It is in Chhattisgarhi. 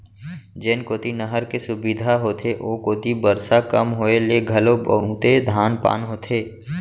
जेन कोती नहर के सुबिधा होथे ओ कोती बरसा कम होए ले घलो बहुते धान पान होथे